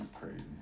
Crazy